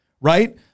right